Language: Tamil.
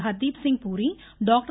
ஹர்தீப்சிங் பூரி டாக்டர்